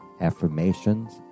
affirmations